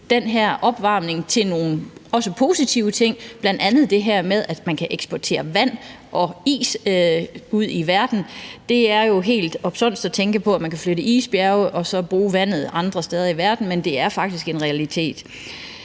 den her opvarmning til også nogle positive ting, bl.a. det her med, at man kan eksportere vand og is ud i verden. Det er jo helt absurd at tænke på, at man kan flytte isbjerge og så bruge vandet andre steder i verden, men det er faktisk en realitet.